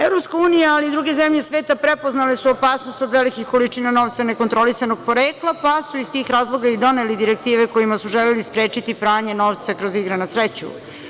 Evropska unija, ali i druge zemlje sveta prepoznale su opasnost od velikih količina novca nekontrolisanog porekla, pa su iz tih razloga i doneli direktive kojima su želeli sprečiti pranja novca kroz igre na sreću.